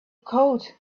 code